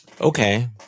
Okay